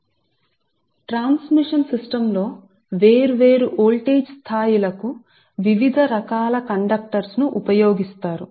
మరియు transmission system కోసం మీరు వేర్వేరు వోల్టేజ్ స్థాయి లను పిలిచే వివిధ రకాల కండక్టర్ లను ఉపయోగిస్తారు